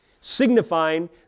signifying